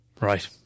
Right